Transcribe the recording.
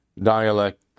dialect